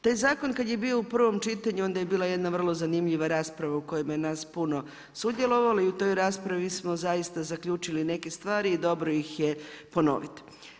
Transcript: Taj zakon kad je bio u prvom čitanju onda je bila jedna vrlo zanimljiva rasprava u kojoj je nas puno sudjelovalo i u toj raspravi smo zaista zaključili neke stvari, dobro ih je ponovit.